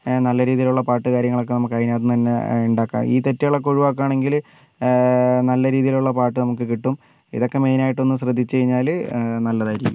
നല്ല രീതിയിലുള്ള പാട്ട് കാര്യങ്ങളൊക്കെ നമുക്ക് അതിനകത്ത് നിന്ന് തന്നെ ഉണ്ടാക്കാം ഈ തെറ്റുകൾ ഒഴിവാക്കുവാണെങ്കിൽ നല്ല രീതിയിൽ ഉള്ള പാട്ട് നമുക്ക് കിട്ടും ഇതൊക്കെ മെയിൻ ആയിട്ട് ഒന്ന് ശ്രദ്ധിച്ചുകഴിഞ്ഞാൽ നല്ലതായിരിക്കും